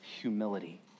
humility